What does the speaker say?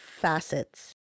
facets